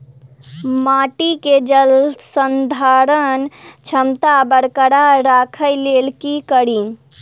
माटि केँ जलसंधारण क्षमता बरकरार राखै लेल की कड़ी?